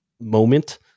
moment